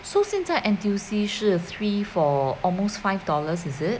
so 现在 N_T_U_C 是 three for almost five dollars is it